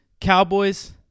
Cowboys